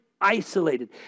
Isolated